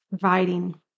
providing